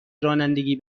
رانندگی